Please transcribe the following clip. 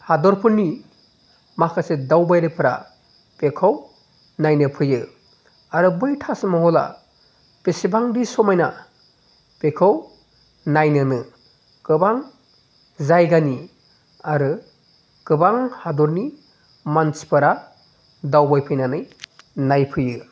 हादरफोरनि माखासे दावबायारिफोरा बेखौ नायनो फैयो आरो बै ताजमहला बेसेबांदि समायना बेखौ नायनोनो गोबां जायगानि आरो गोबां हादरनि मानसिफोरा दावबायफैनानै नायफैयो